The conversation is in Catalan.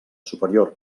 superior